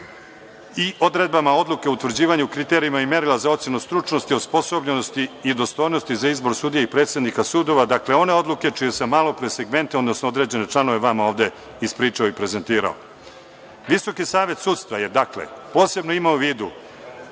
i odredbama Odluke o utvrđivanju kriterijuma i merila za ocenu stručnosti, osposobljenosti i dostojnosti za izbor sudije i predsednika sudova. Dakle, one odluke čije sam malopre segmente odnosno određene članove vama ovde ispričao i prezentirao. Dakle, VSS je posebno imao u vidu